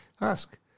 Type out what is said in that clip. Ask